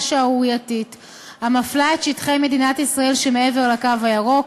שערורייתית המפלה את שטחי מדינת ישראל שמעבר לקו הירוק.